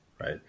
right